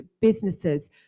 businesses